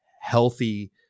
healthy